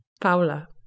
Paula